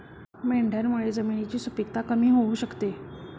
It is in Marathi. मेंढ्यांमुळे जमिनीची सुपीकता कमी होऊ शकते